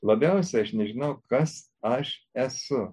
labiausiai aš nežinau kas aš esu